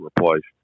replaced